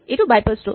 এইটো বাইপাছ টো